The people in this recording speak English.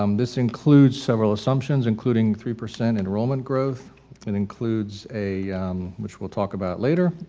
um this includes several assumptions including three percent enrollment growth and includes a which we'll talk about later,